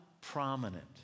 prominent